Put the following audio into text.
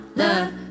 love